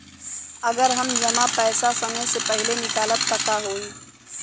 अगर हम जमा पैसा समय से पहिले निकालब त का होई?